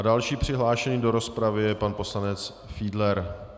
Další přihlášený do rozpravy je pan poslanec Fiedler.